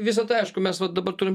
visa tai aišku mes vat dabar turim